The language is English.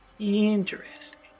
interesting